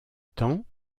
temps